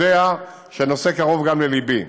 יודע שהנושא קרוב גם ללבי,